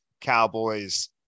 Cowboys